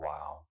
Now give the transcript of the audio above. Wow